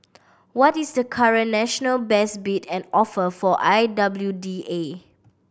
what is the current national best bid and offer for I W D A